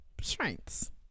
strengths